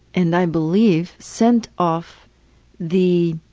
and i believe sent off the